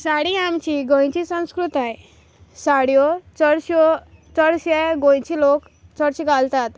साडी आमची गोंयची संस्कृताय साडयो चडश्यो चडशे गोंयचे लोक चडशी घालतात